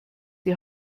die